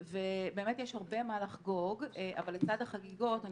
ובאמת יש הרבה מה לחגוג אבל לצד החגיגות אני